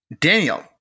Daniel